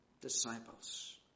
disciples